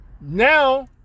Now